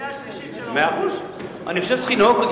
שנייה ושלישית, של האופוזיציה.